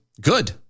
Good